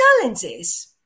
challenges